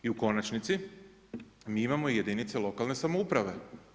I u konačnici, mi imamo jedinice lokalne samouprave.